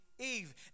Eve